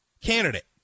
candidate